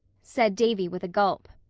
said davy with a gulp.